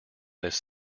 this